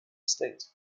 state